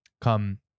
come